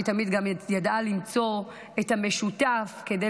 והיא תמיד ידעה גם למצוא את המשותף כדי